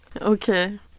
Okay